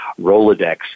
Rolodex